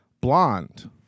Blonde